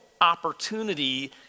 opportunity